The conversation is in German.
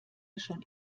schon